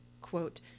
quote